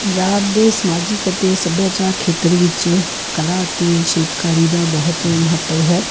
ਪੰਜਾਬ ਦੇ ਸਮਾਜਿਕ ਅਤੇ ਸੱਭਿਆਚਾਰ ਖੇਤਰ ਵਿੱਚ ਕਲਾ ਅਤੇ ਸ਼ਿਲਪਕਾਰੀ ਦਾ ਬਹੁਤ ਮਹੱਤਵ ਹੈ